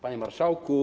Panie Marszałku!